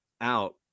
out